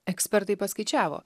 ekspertai paskaičiavo